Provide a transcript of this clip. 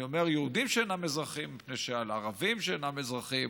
אני אומר יהודים שאינם אזרחים מפני שעל ערבים שאינם אזרחים